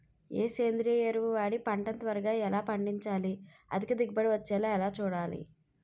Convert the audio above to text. ఏ సేంద్రీయ ఎరువు వాడి పంట ని త్వరగా ఎలా పండించాలి? అధిక దిగుబడి వచ్చేలా ఎలా చూడాలి?